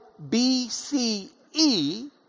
BCE